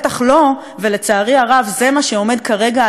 ולצערי הרב זה מה שעומד כרגע על הפרק,